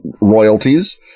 royalties